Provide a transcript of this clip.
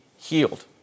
healed